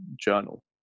journal